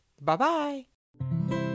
Bye-bye